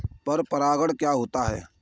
पर परागण क्या होता है?